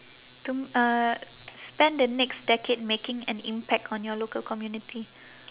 to uh spend the next decade making an impact on your local community